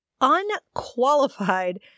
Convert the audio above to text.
unqualified